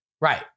Right